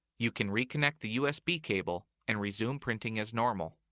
you can reconnect the usb cable and resume printing as normal.